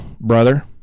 brother